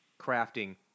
crafting